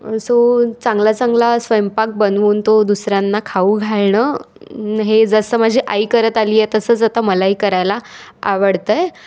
so चांगला चांगला स्वयंपाक बनवून तो दुसऱ्यांना खाऊ घालणं हे जसं माझी आई करत आली आहे तसंच आता मलाही करायला आवडत आहे